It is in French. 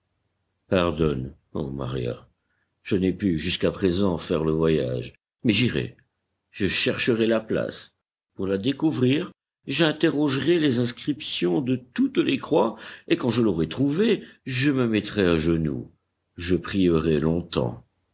pardonne ô maria je n'ai pu jusqu'à présent faire le voyage mais j'irai je chercherai la place pour la découvrir j'interrogerai les inscriptions de toutes les croix et quand je l'aurai trouvée je me mettrai à genou je prierai longtemps